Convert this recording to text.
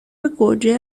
گوجه